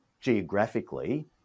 geographically